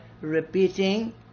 repeating